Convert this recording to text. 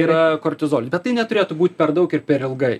yra kortizolis bet tai neturėtų būt per daug ir per ilgai